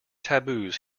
taboos